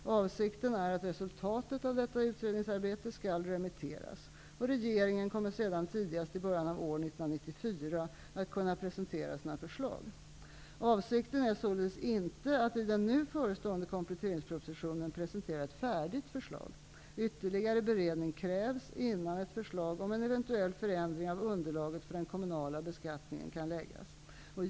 Avsikten är att resultatet av detta utredningsarbete skall remitteras. Regeringen kommer sedan tidigast i början av år 1994 att kunna presentera sina förslag. Avsikten är således inte att i den nu förestående kompletteringspropositionen presentera ett färdigt förslag. Ytterligare beredning krävs innan ett förslag om en eventuell förändring av underlaget för den kommunala beskattningen kan läggas fram.